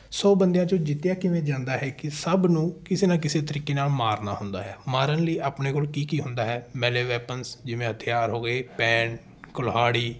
ਸੌ ਬੰਦਿਆ ਚੋਂ ਜਿੱਤਿਆ ਕਿਵੇਂ ਜਾਂਦਾ ਹੈ ਕਿ ਸਭ ਨੂੰ ਕਿਸੇ ਨਾ ਕਿਸੇ ਤਰੀਕੇ ਨਾਲ ਮਾਰਨਾ ਹੁੰਦਾ ਹੈ ਮਾਰਨ ਲਈ ਆਪਣੇ ਕੋਲ ਕੀ ਕੀ ਹੁੰਦਾ ਹੈ ਮੈਲੇ ਵੈਪਨਸ ਜਿਵੇਂ ਹਥਿਆਰ ਹੋ ਗਏ ਪੈਨ ਕੁਲਹਾੜੀ